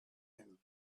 him